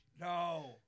no